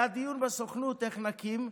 היה דיון בסוכנות: איך נקים?